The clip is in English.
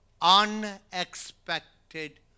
unexpected